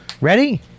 Ready